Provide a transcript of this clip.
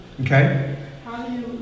Okay